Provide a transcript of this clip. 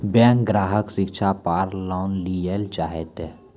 Bank ग्राहक शिक्षा पार लोन लियेल चाहे ते?